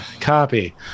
copy